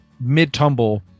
mid-tumble